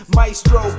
Maestro